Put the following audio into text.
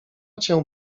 cię